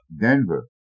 Denver